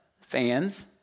fans